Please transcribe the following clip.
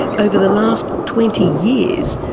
over the last twenty years,